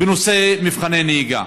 בנושא מבחני הנהיגה,